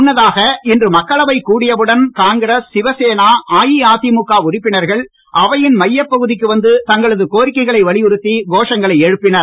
முன்னதாக இன்றுமக்களவை கூடியவுடன் காங்கிரஸ் சிவசேனா அஇஅதிமுக உறுப்பினர்கள் அவையின் மையப் பகுதிக்கு வந்து தங்களது கோரிக்கைகளை வலியுறுத்தி கோஷங்களை எழுப்பினர்